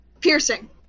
Piercing